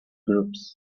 groups